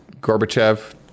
Gorbachev